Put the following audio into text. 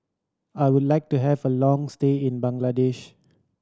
I would like to have a long stay in Bangladesh